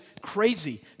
crazy